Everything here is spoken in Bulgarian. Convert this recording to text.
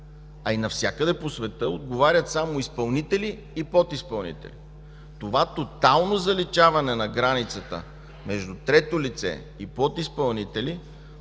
а навсякъде по света отговарят само изпълнители и подизпълнители. Това тотално заличаване на границата между „трето лице” и „подизпълнители”